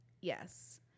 Yes